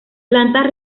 planta